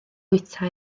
fwyta